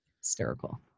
Hysterical